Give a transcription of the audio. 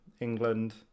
England